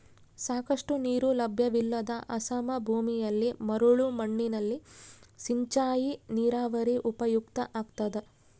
ಸಾಕಷ್ಟು ನೀರು ಲಭ್ಯವಿಲ್ಲದ ಅಸಮ ಭೂಮಿಯಲ್ಲಿ ಮರಳು ಮಣ್ಣಿನಲ್ಲಿ ಸಿಂಚಾಯಿ ನೀರಾವರಿ ಉಪಯುಕ್ತ ಆಗ್ತದ